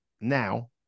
now